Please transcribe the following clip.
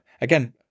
Again